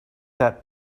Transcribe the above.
that